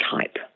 type